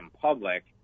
public